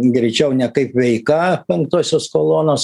greičiau ne kaip veika penktosios kolonos